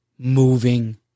Moving